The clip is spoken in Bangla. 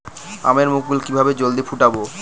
আমের মুকুল কিভাবে জলদি ফুটাব?